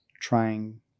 trying